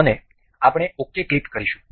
આપણે ok click કરીશું